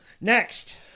Next